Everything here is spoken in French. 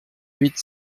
huit